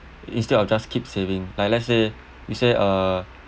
instead of just keep saving like let's say you said uh